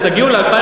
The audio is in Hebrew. אתם תגיעו ל-2015?